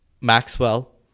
Maxwell